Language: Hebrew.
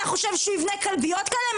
אתה חושב שהוא יבנה כלביות כאלה?